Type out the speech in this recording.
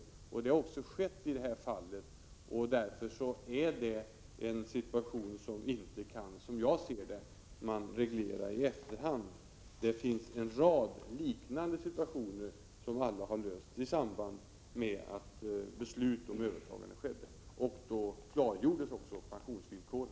Så har det också varit i det här fallet, och därför kan förhållandena inte regleras i efterhand, som jag ser det. Det finns en rad liknande situationer som alla har lösts i samband med att beslut om övertagande fattades. Då klargjordes också pensionsvillkoren.